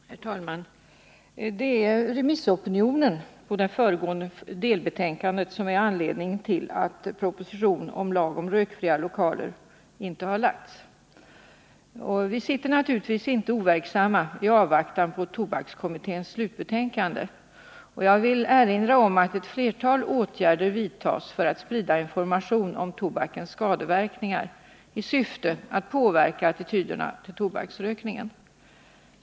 Herr talman! Det är remissopinionen på det avgivna delbetänkandet som är anledningen till att proposition angående lag om rökfria lokaler inte har förelagts riksdagen. Vi sitter naturligtvis inte overksamma i avvaktan på tobakskommitténs slutbetänkande. Jag vill erinra om att ett flertal åtgärder vidtas för att sprida 21 information om tobakens skadeverkningar i syfte att påverka attityderna till tobaksrökningen.